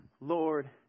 Lord